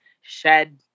shed